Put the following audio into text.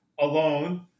alone